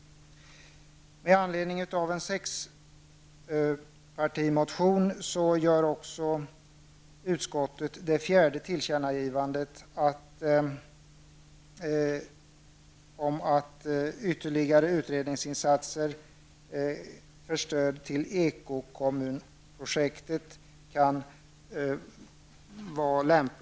Med anledning av en sexpartimotion gör utskottet det fjärde tillkännagivandet om att det kan vara lämpligt att ge ytterligare utredningsinsatser för stöd till eko-kommunprojektet.